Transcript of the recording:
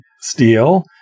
steel